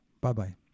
Bye-bye